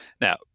Now